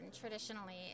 traditionally